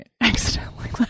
accidentally